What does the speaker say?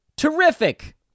terrific